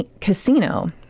casino